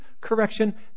correction